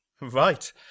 right